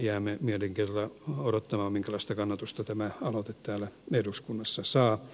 jäämme mielenkiinnolla odottamaan minkälaista kannatusta tämä aloite täällä eduskunnassa saa